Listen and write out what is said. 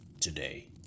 Today